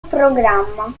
programma